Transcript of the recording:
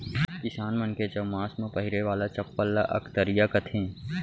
किसान मन के चउमास म पहिरे वाला चप्पल ल अकतरिया कथें